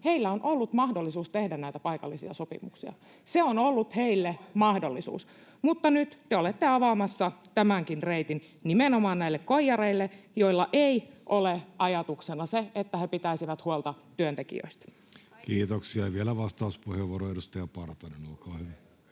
on ollut mahdollisuus tehdä näitä paikallisia sopimuksia. [Miko Bergbom: Ei pidä paikkaansa!] Se on ollut heille mahdollisuus. Mutta nyt te olette avaamassa tämänkin reitin nimenomaan näille koijareille, joilla ei ole ajatuksena se, että he pitäisivät huolta työntekijöistä. Kiitoksia. — Vielä vastauspuheenvuoro, edustaja Partanen, olkaa hyvä.